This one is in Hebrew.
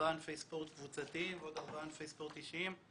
ארבעה ענפי ספורט קבוצתיים ועוד ארבעה ענפי ספורט אישיים.